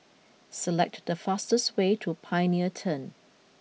select the fastest way to Pioneer Turn